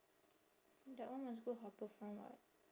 that one must go harbourfront [what]